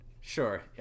Sure